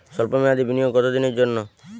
সল্প মেয়াদি বিনিয়োগ কত দিনের জন্য?